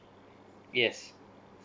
yes